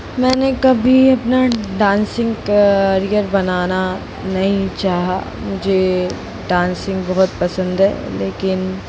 मैंने कभी अपना डांसिंग करियर बनाना नहीं चाहा मुझे डांसिंग बहुत पसंद है लेकिन